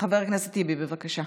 חבר הכנסת טיבי, בבקשה.